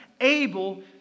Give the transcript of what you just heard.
able